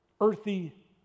earthy